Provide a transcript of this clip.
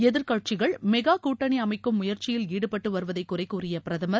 எதிர் கட்சிகள் மெகா கூட்டணி அமைக்கும் முயற்சியில் ஈடுபட்டு வருவதை குறை கூறிய பிரதமர்